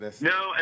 No